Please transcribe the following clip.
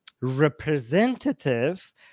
representative